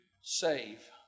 save